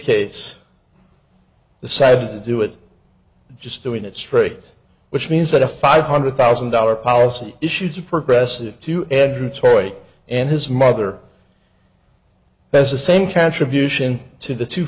case the side to do it just doing it straight which means that a five hundred thousand dollar policy issues are progressive to andrew toy and his mother as a same contribution to the t